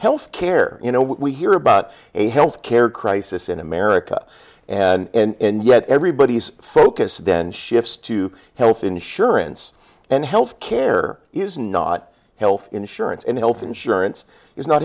health care you know we hear about a health care crisis in america and yet everybody's focus then shifts to health insurance and health care is not health insurance and health insurance is not